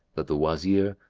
that the wazir,